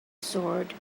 soared